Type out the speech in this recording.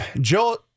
Joe